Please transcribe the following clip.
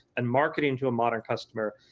and marketing to a modern customer.